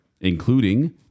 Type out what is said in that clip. including